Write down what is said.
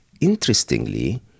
interestingly